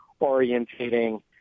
orientating